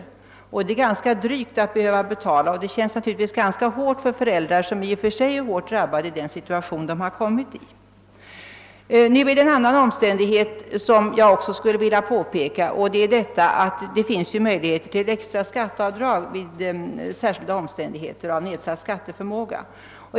Det är naturligtvis ganska drygt att behöva betala detta, och det känns givetvis hårt för föräldrar som är svårt drabbade redan genom den situation de råkat i. Jag skulle också vilja påpeka en annan omständighet, nämligen att det finns möjlighet till extra skatteavdrag vid särskilda omständigheter då det gäller nedsatt skatteförmåga.